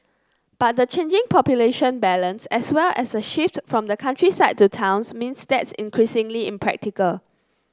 but the changing population balance as well as a shift from the countryside to towns means that's increasingly impractical